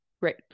right